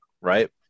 right